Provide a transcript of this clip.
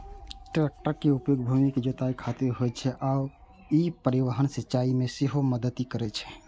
टैक्टरक उपयोग भूमि के जुताइ खातिर होइ छै आ ई परिवहन, सिंचाइ मे सेहो मदति करै छै